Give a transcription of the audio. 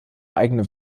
eigene